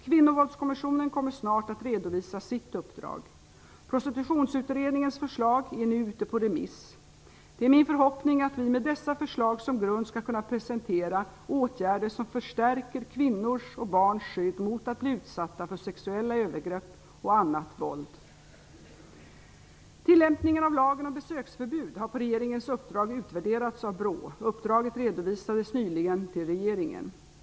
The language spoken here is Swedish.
Kvinnovåldskommissionen kommer snart att redovisa sitt uppdrag. Prostitutionsutredningens förslag är nu ute på remiss. Det är min förhoppning att vi med dessa förslag som grund skall kunna presentera åtgärder som förstärker kvinnors och barns skydd mot att bli utsatta för sexuella övergrepp och annat våld. Tillämpningen av lagen om besöksförbud har på regeringens uppdrag utvärderats av BRÅ. Uppdraget redovisades nyligen till regeringen.